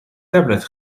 tablet